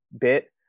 bit